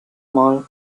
mal